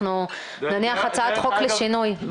אנחנו נניח הצעת חוק לשינוי.